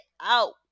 out